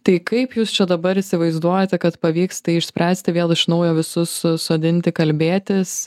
tai kaip jūs čia dabar įsivaizduojate kad pavyks tai išspręsti vėl iš naujo visus susodinti kalbėtis